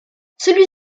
celui